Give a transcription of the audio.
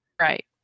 Right